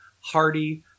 hardy